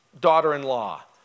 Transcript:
daughter-in-law